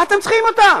מה אתם צריכים אותם?